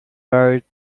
buried